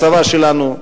הצבא שלנו,